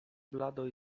blado